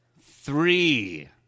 Three